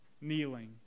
kneeling